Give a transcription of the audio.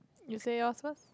you say yours first